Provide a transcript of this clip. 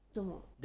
做么